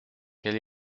quel